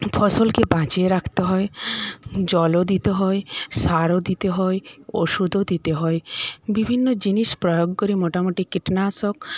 ফসলকে বাঁচিয়ে রাখতে হয় জলও দিতে হয় সারও দিতে হয় ওষুধও দিতে হয় বিভিন্ন জিনিস প্রয়োগ করে মোটামুটি কীটনাশক